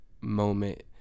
moment